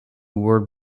word